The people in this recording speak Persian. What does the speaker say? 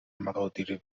مقادیر